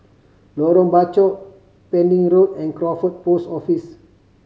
Lorong Bachok Pending Road and Crawford Post Office